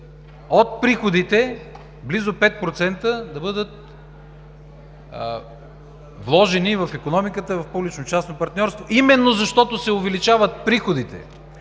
от приходите близо 5% да бъдат вложени в икономиката, в публично-частно партньорство, именно защото се увеличават приходите.